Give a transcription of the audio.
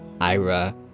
Ira